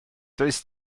does